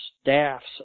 staffs